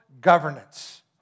governance